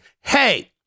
hey